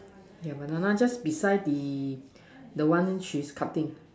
yeah banana just beside the the one she cutting